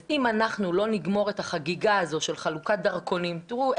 אם אנחנו לא נגמור את החגיגה הזאת של חלוקת דרכונים תראו,